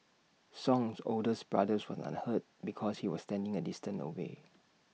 song's olders brother was unhurt because he was standing A distance away